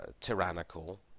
tyrannical